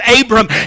Abram